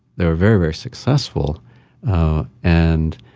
they were very, very successful and